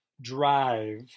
drive